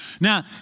Now